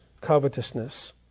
covetousness